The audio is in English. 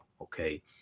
Okay